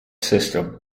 system